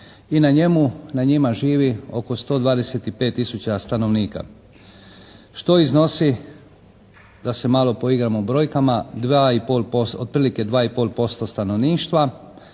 i na njima živi oko 15 tisuća stanovnika, što iznosi da se malo poigramo brojkama otprilike 2,5% stanovništva